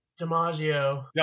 DiMaggio